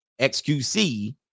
XQC